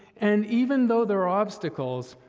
and even though there are obstacles,